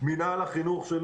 מילה על החינוך,